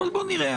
אבל בוא נראה,